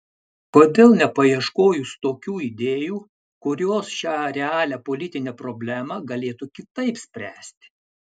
kodėl nepaieškojus tokių idėjų kurios šią realią politinę problemą galėtų kitaip spręsti